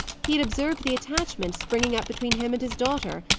he had observed the attachment springing up between him and his daughter,